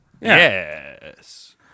Yes